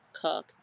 cook